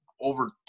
over